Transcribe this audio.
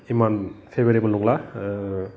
इमान एभेलेबल नंला